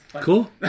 Cool